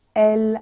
el